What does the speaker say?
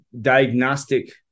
diagnostic